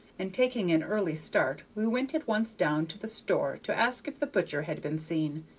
and, taking an early start, we went at once down to the store to ask if the butcher had been seen,